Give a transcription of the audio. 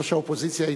ראש האופוזיציה,